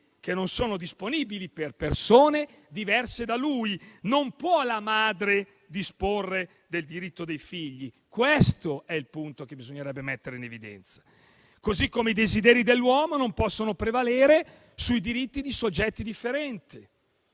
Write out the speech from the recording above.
che non sono disponibili per persone diverse da lui. La madre non può disporre del diritto dei figli. Questo è il punto che bisognerebbe mettere in evidenza. Così come i desideri dell'uomo non possono prevalere sui diritti di soggetti differenti.